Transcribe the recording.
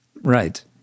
Right